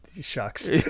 Shucks